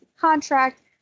contract